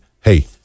hey